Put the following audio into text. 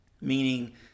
Meaning